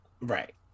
Right